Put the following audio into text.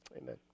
Amen